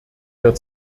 der